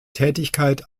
tätigkeit